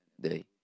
day